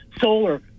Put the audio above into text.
Solar